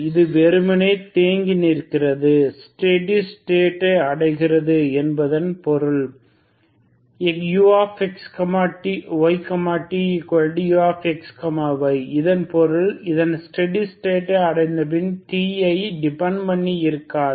இது வெறுமனே தேங்கி நிற்கிறது ஸ்டெடி ஸ்டேட் அடைகிறது என்பதன் பொருள் uxytuxy இதன் பொருள் இது ஸ்டெடி ஸ்டேட்டை அடைந்தபின் t ஐ டிபன் பண்ணி இருக்காது